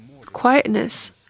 Quietness